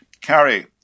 carry